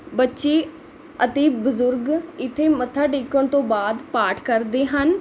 ਬੱਚੇ ਅਤੇ ਬਜ਼ੁਰਗ ਇੱਥੇ ਮੱਥਾ ਟੇਕਣ ਤੋਂ ਬਾਅਦ ਪਾਠ ਕਰਦੇ ਹਨ